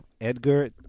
Edgar